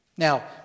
Now